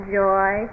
joy